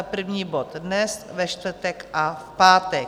První bod dnes, ve čtvrtek a v pátek.